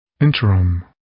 Interim